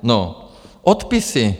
No, odpisy.